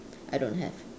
I don't have